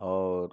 और